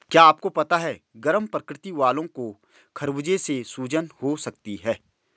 क्या आपको पता है गर्म प्रकृति वालो को खरबूजे से सूजन हो सकती है?